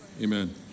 Amen